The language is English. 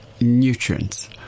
nutrients